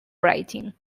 writing